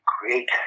great